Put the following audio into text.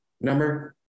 number